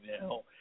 now